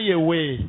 away